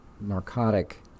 narcotic